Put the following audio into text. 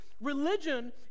Religion